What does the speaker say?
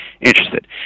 interested